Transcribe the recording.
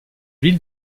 ville